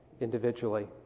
individually